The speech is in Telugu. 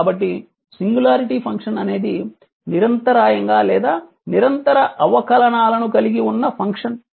కాబట్టి సింగులారిటీ ఫంక్షన్ అనేది నిరంతరాయంగా లేదా నిరంతర అవకాలనాలను కలిగి ఉన్న ఫంక్షన్